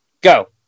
Go